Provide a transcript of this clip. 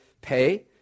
pay